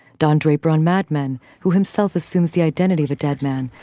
don draper on mad men, who himself assumes the identity of a dead man,